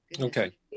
Okay